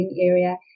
Area